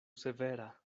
severa